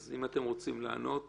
אז אם אתם רוצים לענות,